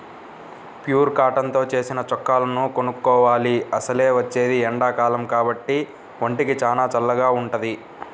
pure cotton తో నేసిన చొక్కాలను కొనుక్కోవాలి, అసలే వచ్చేది ఎండాకాలం కాబట్టి ఒంటికి చానా చల్లగా వుంటది